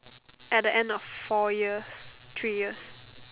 at the end of four years three years